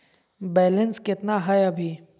Balance केतना हय अभी?